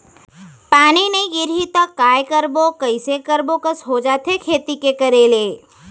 पानी नई गिरही त काय करबो, कइसे करबो कस हो जाथे खेती के करे ले